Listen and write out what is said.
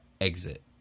exit